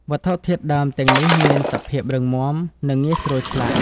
វត្ថុធាតុដើមទាំងនេះមានសភាពរឹងមាំ និងងាយស្រួលឆ្លាក់។